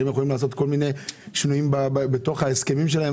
האם יכולים לעשת שינויים בתוך ההסכמים?